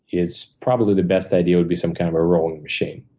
it's probably the best idea would be some kind of a rowing machine,